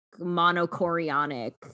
monochorionic